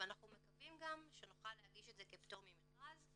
ואנחנו מקווים גם שנוכל להגיש את זה כפטור ממכרז,